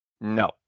No